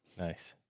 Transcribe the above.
nice.